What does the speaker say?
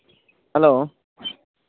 hello